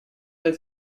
were